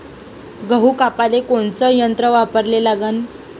गहू कापाले कोनचं यंत्र वापराले लागन?